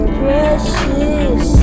precious